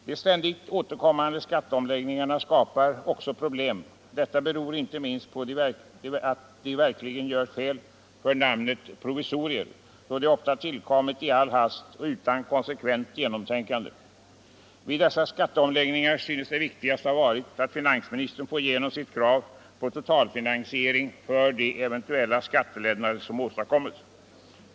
De ständigt återkommande skatteomläggningarna skapar också problem. Detta beror inte minst på att de verkligen gör skäl för namnet provisorier, eftersom de ofta har tillkommit i all hast och utan konsekvent genomtänkande. Vid dessa skatteomläggningar synes det viktigaste ha varit att finansministern får igenom sitt krav på totalfinansiering för de eventuella skattelättnader som uppnås.